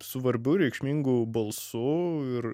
svarbiu reikšmingu balsu ir